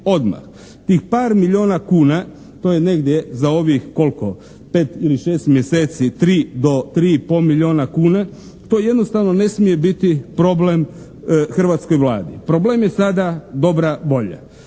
odmah. Tih par milijuna kuna, to je negdje za ovih koliko pet ili šest mjeseci tri do tri i pol milijuna kuna, to jednostavno ne smije biti problem hrvatskoj Vladi. Problem je sada dobra volja.